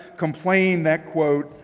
complained that, quote,